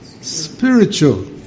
Spiritual